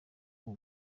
rwa